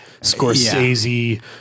Scorsese